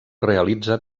realitza